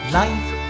life